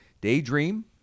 Daydream